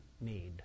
need